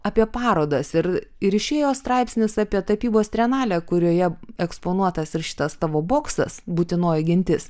apie parodas ir ir išėjo straipsnis apie tapybos trienalę kurioje eksponuotas ir šitas tavo boksas būtinoji gintis